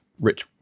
rich